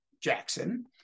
Jackson